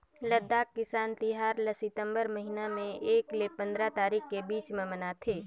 लद्दाख किसान तिहार ल सितंबर महिना में एक ले पंदरा तारीख के बीच में मनाथे